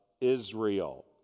Israel